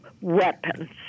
weapons